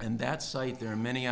and that site there are many